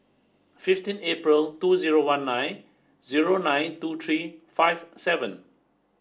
fifteen April two zero one nine zero nine two three five seven